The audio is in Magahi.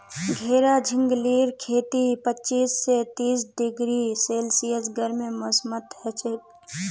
घेरा झिंगलीर खेती पच्चीस स तीस डिग्री सेल्सियस गर्म मौसमत हछेक